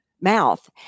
mouth